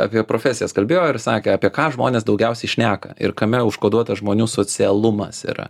apie profesijas kalbėjo ir sakė apie ką žmonės daugiausiai šneka ir kame užkoduota žmonių socialumas yra